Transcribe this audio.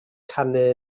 canu